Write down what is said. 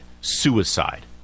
suicide